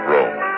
Rome